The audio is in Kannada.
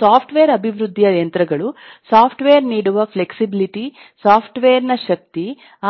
ಅವು ಸಾಫ್ಟ್ವೇರ್ ಅಭಿವೃದ್ಧಿಯ ಯಂತ್ರಗಳು ಸಾಫ್ಟ್ವೇರ್ ನೀಡುವ ಫ್ಲೆಕ್ಸಿಬಿಲಿಟಿ ಸಾಫ್ಟ್ವೇರ್ ನ ಶಕ್ತಿ